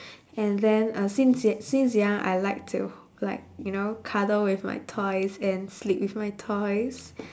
and then uh since yo~ since young I like to like you know cuddle with my toys and sleep with my toys